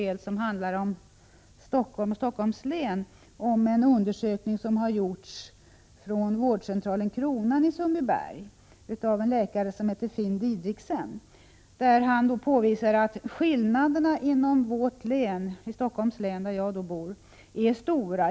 1986/87:131 Stockholms län, kunde vi läsa om en undersökning som har gjorts vid 26 maj 1987 vårdcentralen Kronan i Sundbyberg av en läkare som heter Finn Diderichsen. Han påvisar att skillnaderna inom Stockholms län, där jag bor, är stora.